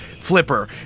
flipper